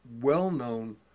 well-known